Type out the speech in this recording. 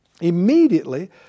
immediately